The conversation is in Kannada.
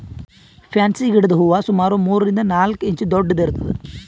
ಫ್ಯಾನ್ಸಿ ಗಿಡದ್ ಹೂವಾ ಸುಮಾರ್ ಮೂರರಿಂದ್ ನಾಲ್ಕ್ ಇಂಚ್ ದೊಡ್ಡದ್ ಇರ್ತವ್